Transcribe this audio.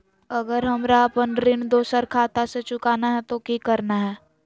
अगर हमरा अपन ऋण दोसर खाता से चुकाना है तो कि करना है?